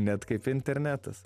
net kaip internetas